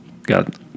Got